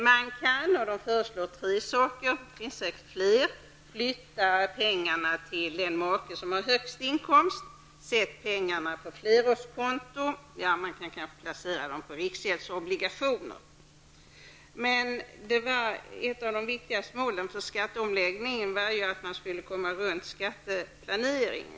Man föreslår tre åtgärder, det finns säkerligen fler: att flytta pengar till den make som har den högsta inkomsten, att sätta pengarna på flerårskonto eller att placera dem i riksgäldsobligationer. Men ett av de viktigaste målen i skatteomläggningen var att komma ifrån skatteplaneringen.